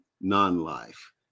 non-life